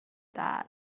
that